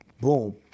Boom